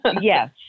Yes